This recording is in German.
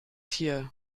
hier